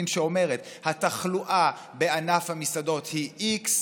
שאומרת: התחלואה בענף המסעדות היא x,